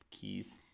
keys